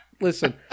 Listen